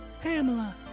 Pamela